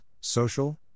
social